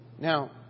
Now